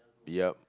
yep